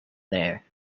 there